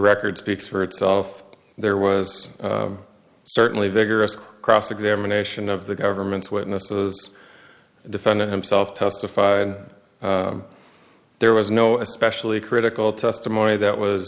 record speaks for itself there was certainly vigorous cross examination of the government's witnesses the defendant himself testified there was no especially critical testimony that was